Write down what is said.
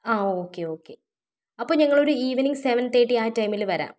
ആ okay okay അപ്പം ഞങ്ങളൊരു ഈവനിങ് സെവൻ തേർട്ടി ആ ടൈമിൽ വരാം